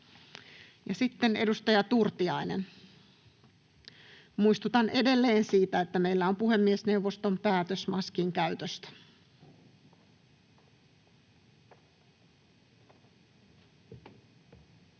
sitten edustaja Turtiainen. Muistutan edelleen siitä, että meillä on puhemiesneuvoston päätös maskin käytöstä. [Speech